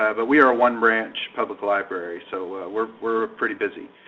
ah but we are a one branch public library, so we're we're pretty busy.